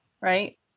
right